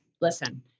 listen